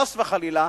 חס וחלילה,